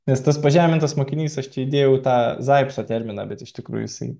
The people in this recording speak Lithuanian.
nes tas pšažemintas mokinys aš įdėjau tą zapcoterminą bet iš tikrųjų jisai